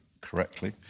correctly